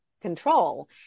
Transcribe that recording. control